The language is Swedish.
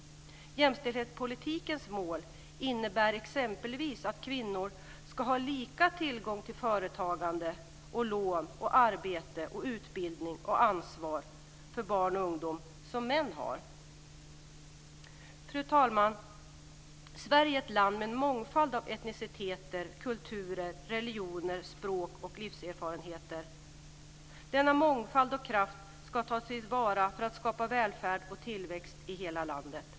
Jämställdhetspolitikens mål innebär exempelvis att kvinnor ska ha samma tillgång till företagande, lån, arbete och utbildning och samma ansvar för barn och ungdom som män har. Fru talman! Sverige är ett land med en mångfald av etniciteter, kulturer, religioner, språk och livserfarenheter. Denna mångfald och kraft ska tas till vara för att skapa välfärd och tillväxt i hela landet.